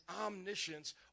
omniscience